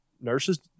Nurses